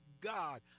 God